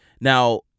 Now